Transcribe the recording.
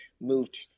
moved